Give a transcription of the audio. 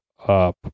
up